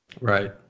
Right